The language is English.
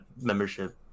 membership